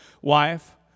wife